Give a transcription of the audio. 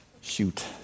shoot